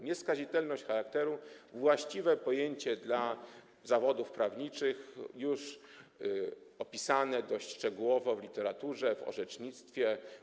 Nieskazitelność charakteru - właściwe pojęcie dla zawodów prawniczych, już dość szczegółowo opisane w literaturze, w orzecznictwie.